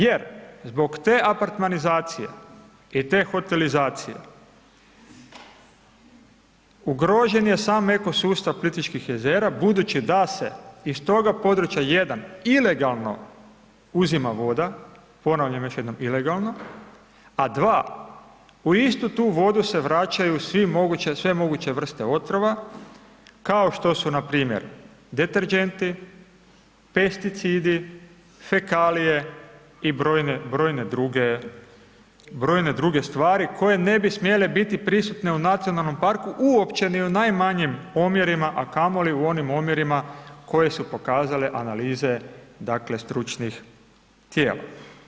Jer zbog te apartmanizacije i te hotelizacije ugrožen je sam eko sustav Plitvičkih jezera budući da se iz toga područja 1 ilegalno uzima voda, ponavljam još jednom ilegalno, a 2 u istu tu vodu se vraćaju sve moguće vrste otrova, kao što su npr. deterdženti, pesticidi, fekalije i brojne druge, brojne druge stvari koje ne bi smjele biti prisutne u nacionalnom parku uopće ni u najmanjim omjerima, a kamoli u onim omjerima koje su pokazale analize dakle stručnih tijela.